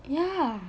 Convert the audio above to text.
ya